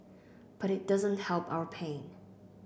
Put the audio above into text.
but it doesn't help our pain